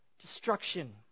destruction